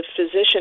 physician